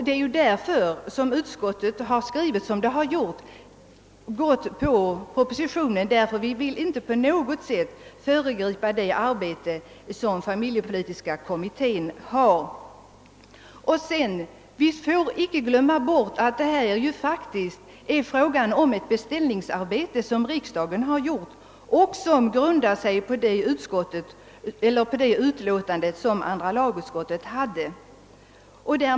Det är därför som utskottet har gått på propositionens förslag, ty vi vill inte på något sätt föregripa det arbete som familjepolitiska kommittén skall utföra. Vi får inte glömma bort att det här faktiskt är fråga om ett beställningsarbete som riksdagen har gjort och som grundar sig på det utlåtande som andra lagutskottet avgivit.